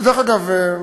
ודרך אגב,